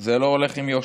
זה לא הולך עם יושר.